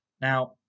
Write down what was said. Now